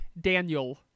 Daniel